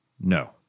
No